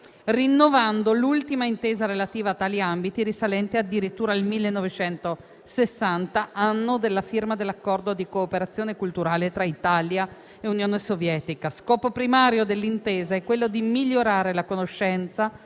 rinnovando l'ultima Intesa relativa a tali ambiti risalente addirittura al 1960, anno della firma dell'Accordo di cooperazione culturale tra Italia e Unione Sovietica. Scopo primario dell'Intesa è quello di migliorare la conoscenza